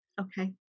Okay